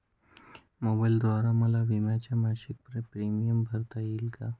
मोबाईलद्वारे मला विम्याचा मासिक प्रीमियम भरता येईल का?